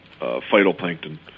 phytoplankton